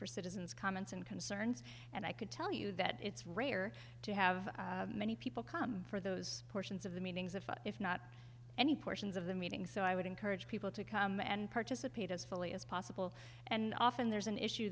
for citizens comments and concerns and i could tell you that it's rare to have many people come for those portions of the meetings if not any portions of the meeting so i would encourage people to come and participate as fully as possible and often there's an issue